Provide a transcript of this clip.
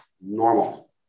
normal